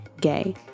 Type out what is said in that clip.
gay